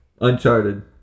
Uncharted